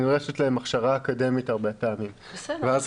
שנדרשת להם הכשרה אקדמית הרבה פעמים ואז